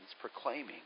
proclaiming